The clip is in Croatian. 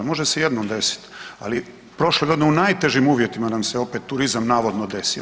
Može se jednom desit, ali prošle godine u najtežim uvjetima nam se opet turizam navodno desio.